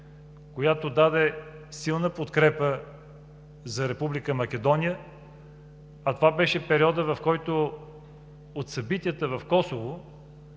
която даде силна подкрепа за Република Македония, а това беше периодът, в който от събитията в Косово